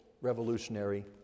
revolutionary